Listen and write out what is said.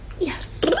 Yes